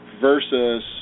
versus